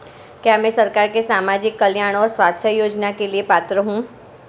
क्या मैं सरकार के सामाजिक कल्याण और स्वास्थ्य योजना के लिए पात्र हूं?